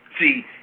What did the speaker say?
See